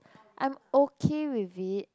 I'm okay with it